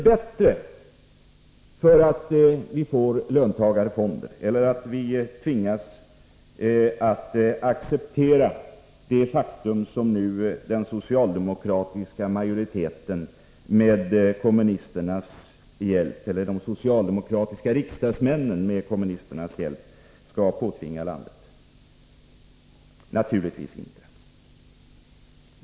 Företagarförbundet har tagit fram dessa uppgifter ur SCB:s statistik. Blir det bättre då vi får löntagarfonder eller tvingas att acceptera det beslut som nu de socialdemokratiska riksdagsledamöterna, med kommunisternas hjälp, skall påtvinga landet? Naturligtvis inte.